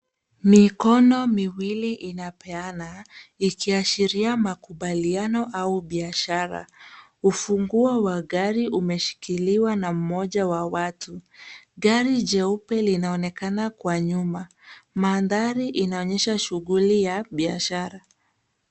Mikono miwili inapeana, ikiashiria makubaliano au biashara. Ufunguo wa gari umeshikiliwa na mmoja wa watu. Gari jeupe linaonekana kwa nyuma. Mandhari inaonyesha shughuli ya biashara.